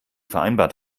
vereinbart